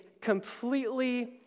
completely